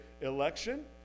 election